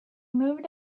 moved